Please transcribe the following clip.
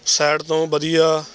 sad ਤੋਂ ਵਧੀਆ